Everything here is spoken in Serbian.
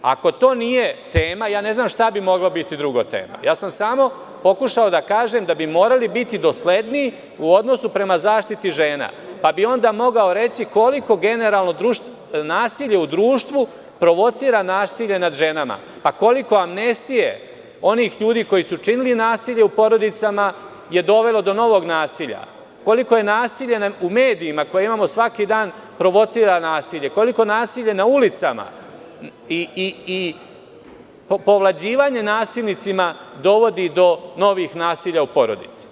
Ako to nije tema, ja ne znam šta bi mogla biti drugo tema, ja sam samo pokušao da kažem da bi morali biti dosledniji u odnosu prema zaštiti žena, pa bih onda mogao reći koliko generalno nasilje u društvu provocira nasilje nad ženama, pa koliko amnestije onih ljudi koji su činili nasilje u porodicama je dovelo do novog nasilja, koliko je nasilje u medijima koje imamo svaki dan provocira nasilje, koliko nasilje na ulicama i povlađivanje nasilnicima, dovodi do novih nasilja u porodici.